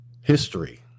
history